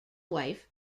wife